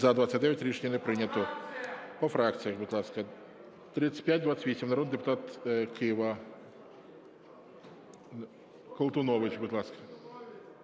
За-29 Рішення не прийнято. По фракціях, будь ласка. 3528, народний депутат Кива. Колтунович, будь ласка.